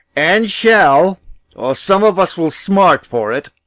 and shall, or some of us will smart for it.